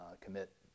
commit